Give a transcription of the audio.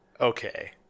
okay